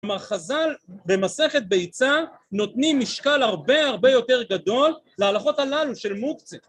כלומר חז"ל במסכת ביצה נותנים משקל הרבה הרבה יותר גדול להלכות הללו של מוקצה